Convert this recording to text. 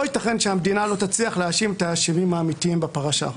לא ייתכן שהמדינה לא תצליח להאשים את האשמים האמיתיים בפרשה.